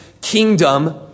kingdom